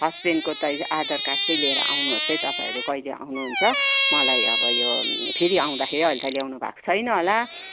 हस्बेन्डको त आधार कार्ड चाहिँ लिएर आउनु होस् है तपाईँहरू कहिले आउनु हुन्छ मलाई अब यो फेरि आउँदाखेरि अहिले त ल्याउनु भएको छैन होला